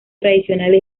tradiciones